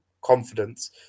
confidence